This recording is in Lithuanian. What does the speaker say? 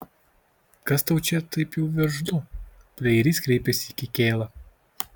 kas tau čia taip jau veržlu pleirys kreipėsi į kikėlą